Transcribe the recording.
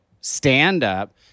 stand-up